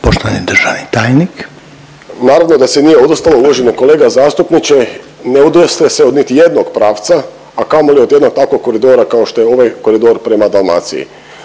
Žarko (HDZ)** Naravno da se nije odustalo, uvaženi kolega zastupniče, ne odustaje se od niti jednog pravca, a kamoli od jednog takvog koridora, kao što je ovaj koridor prema Dalmaciji.